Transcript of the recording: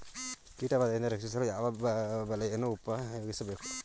ಕೀಟಬಾದೆಯಿಂದ ರಕ್ಷಿಸಲು ಯಾವ ಬಲೆಯನ್ನು ಉಪಯೋಗಿಸಬೇಕು?